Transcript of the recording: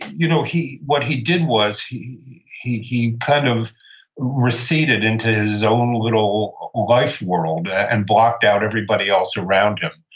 you know what he did was, he he he kind of receded into his own little life world and blocked out everybody else around him.